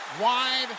wide